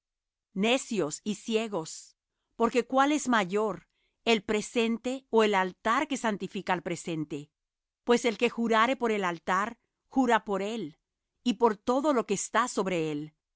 necios y ciegos porque cuál es mayor el presente ó el altar que santifica al presente pues el que jurare por el altar jura por él y por todo lo que está sobre él